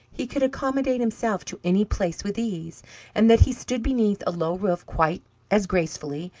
he could accommodate himself to any place with ease and that he stood beneath a low roof quite as gracefully,